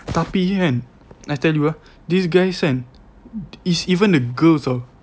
tapi kan I tell you ah these guys kan is even the girls tau